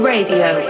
Radio